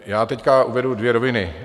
Já teď uvedu dvě roviny.